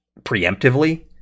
preemptively